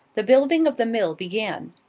the building of the mill began.